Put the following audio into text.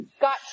got